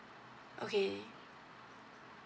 okay